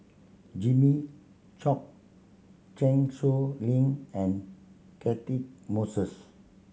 Jimmy Chok Chan Sow Lin and Cati Moses